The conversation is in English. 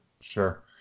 Sure